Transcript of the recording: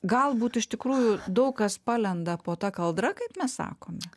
galbūt iš tikrųjų daug kas palenda po ta kaldra kaip mes sakome